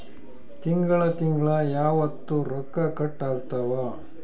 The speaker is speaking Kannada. ತಿಂಗಳ ತಿಂಗ್ಳ ಯಾವತ್ತ ರೊಕ್ಕ ಕಟ್ ಆಗ್ತಾವ?